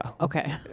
Okay